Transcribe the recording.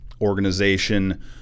organization